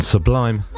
Sublime